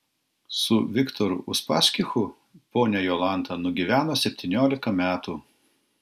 su viktoru uspaskichu ponia jolanta nugyveno septyniolika metų